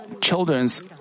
children's